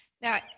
Now